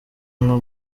nko